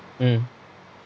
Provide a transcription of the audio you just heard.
mm